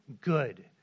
good